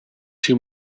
two